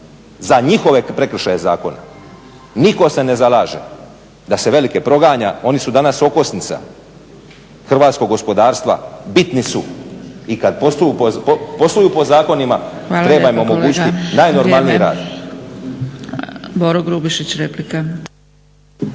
za njihove prekršaje zakona, nitko se ne zalaže da se velike proganja. Oni su danas okosnica hrvatskog gospodarstva, bitni su i kad posluju po zakonima treba im omogućiti najnormalniji rad.